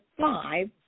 five